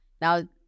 Now